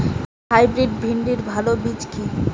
Hybrid ভিন্ডির ভালো বীজ কি?